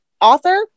author